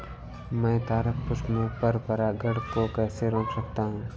मैं तारक पुष्प में पर परागण को कैसे रोक सकता हूँ?